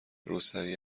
روسری